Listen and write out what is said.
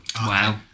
wow